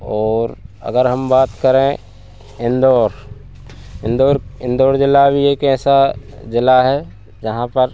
और अगर हम बात करें इंदौर इंदौर इंदौर ज़िला भी एक ऐसा ज़िला है जहाँ पर